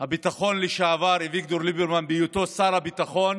הביטחון לשעבר אביגדור ליברמן אישר בהיותו שר הביטחון